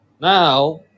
Now